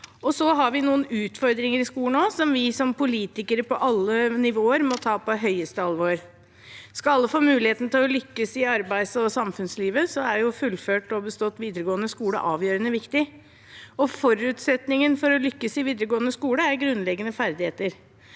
Vi har også noen utfordringer i skolen som vi som politikere på alle nivåer må ta på høyeste alvor. Skal alle få muligheten til å lykkes i arbeids- og samfunnslivet, er fullført og bestått videregående skole avgjørende viktig. Forutsetningen for å lykkes i videregående skole er grunnleggende ferdigheter.